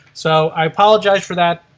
so i apologize for that.